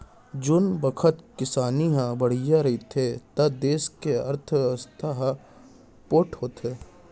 जेन बखत किसानी ह बड़िहा रहिथे त देस के अर्थबेवस्था ह पोठ होथे